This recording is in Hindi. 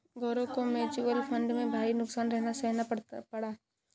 गौरव को म्यूचुअल फंड में भारी नुकसान सहना पड़ा